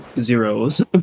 Zeros